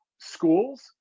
schools